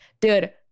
Dude